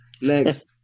Next